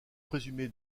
présumé